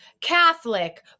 Catholic